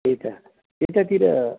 त्यही त त्यतातिर